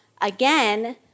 again